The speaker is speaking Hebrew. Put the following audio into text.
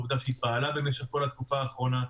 מעריכים מאוד את העובדה שהיא פעלה במשך כל התקופה האחרונה.